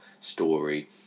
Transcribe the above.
story